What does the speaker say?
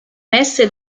messe